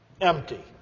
Empty